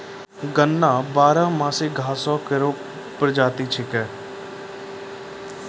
गन्ना बारहमासी घास केरो प्रजाति छिकै